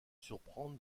surprendre